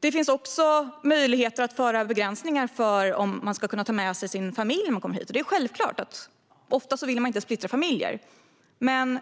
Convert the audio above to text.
Det finns också möjligheter att införa begränsningar av möjligheten att ta med sig sin familj hit. Det är självklart att man oftast inte vill splittra familjer. Men